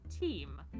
team